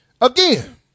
Again